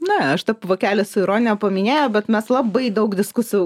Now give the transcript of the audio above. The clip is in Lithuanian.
na aš taip vokelį su ironija paminėjau bet mes labai daug diskusijų